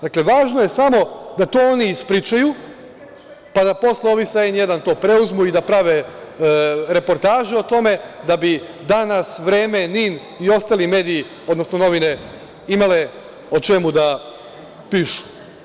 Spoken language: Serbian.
Dakle, važno je samo da to oni ispričaju, pa da posle ovi sa „N1“ to preuzmu i da prave reportažu o tome, da bi „Danas“, „Vreme“, „Nin“ i ostali mediji, odnosno novine imale o čemu da pišu.